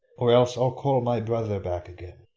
or else i'll call my brother back again,